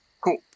Cool